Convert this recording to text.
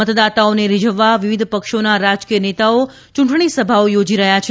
મતદાતાઓને રીઝવવા વિવિધ પક્ષોના રાજકીય નેતાઓ ચૂંટણી સભાઓ યોજી રહ્યા છે